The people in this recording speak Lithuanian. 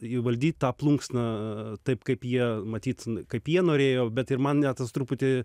įvaldyt tą plunksną taip kaip jie matyt kaip jie norėjo bet ir mane tas truputį